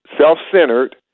self-centered